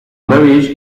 marriage